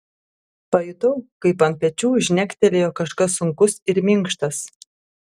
pajutau kaip ant pečių žnektelėjo kažkas sunkus ir minkštas